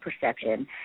perception